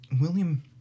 William